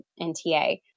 NTA